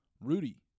rudy